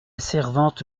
servante